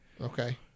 Okay